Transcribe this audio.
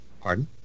pardon